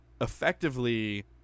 effectively